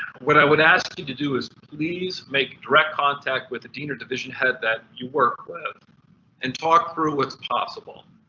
what i would ask you to do is please make direct contact with the dean or division head that you work with and talk through what's possible.